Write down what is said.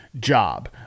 job